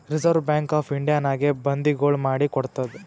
reserve bank of ಇಂಡಿಯಾನಾಗೆ ಬಂದಿಗೊಳ್ ಮಾಡಿ ಕೊಡ್ತಾದ್